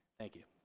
thank you.